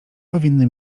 powinny